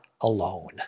alone